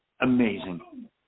amazing